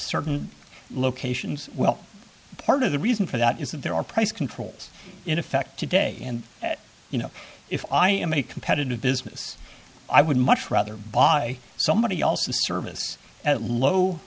certain locations well part of the reason for that is that there are price controls in effect today and you know if i am a competitive business i would much rather buy somebody else a service at low